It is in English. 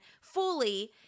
fully